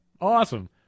Awesome